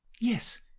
yes